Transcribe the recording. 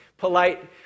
polite